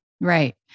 Right